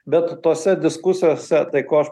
bet tose diskusijose tai ko aš